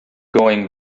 going